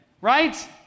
right